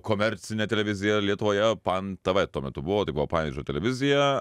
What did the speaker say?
komercinė televizija lietuvoje pan tv tuo metu buvo tai buvo panevėžio televizija